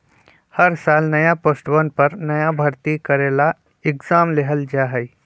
हर साल नया पोस्टवन पर नया भर्ती करे ला एग्जाम लेबल जा हई